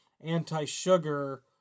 anti-sugar